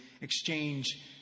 exchange